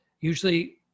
usually